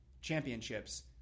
championships